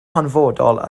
hanfodol